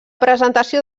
presentació